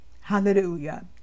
Hallelujah